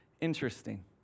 Interesting